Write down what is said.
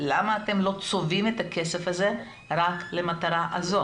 למה אתם לא צובעים את הכסף הזה רק למטרה הזו?